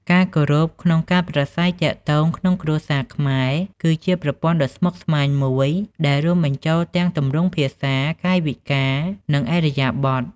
ការគោរពក្នុងការប្រាស្រ័យទាក់ទងក្នុងគ្រួសារខ្មែរ គឺជាប្រព័ន្ធដ៏ស្មុគស្មាញមួយដែលរួមបញ្ចូលទាំងទម្រង់ភាសា កាយវិការ និងឥរិយាបថ។